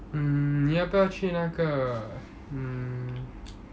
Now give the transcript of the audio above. mm 你要不要去那个 mm